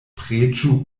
preĝu